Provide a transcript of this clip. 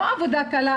לא עבודה קלה.